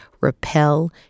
repel